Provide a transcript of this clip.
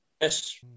Yes